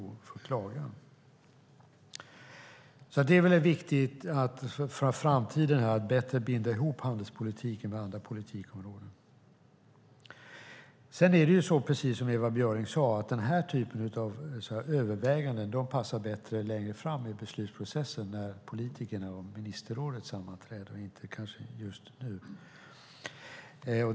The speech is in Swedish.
Det är viktigt för framtiden att bättre binda ihop handelspolitiken med andra politikområden. Sedan är det så, precis som Ewa Björling sade, att den här typen av överväganden passar längre fram i beslutsprocessen när politikerna och ministerrådet sammanträder och inte kanske just nu.